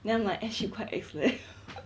then I'm like actually quite ex leh